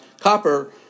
Copper